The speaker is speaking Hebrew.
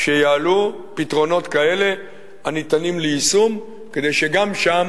שיעלו פתרונות כאלה הניתנים ליישום כדי שגם שם